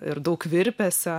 ir daug virpesio